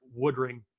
Woodring